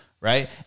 Right